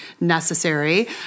necessary